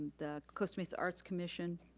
the costa mesa arts commission.